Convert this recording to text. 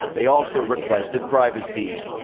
they also requested privacy.